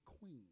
queen